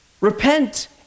Repent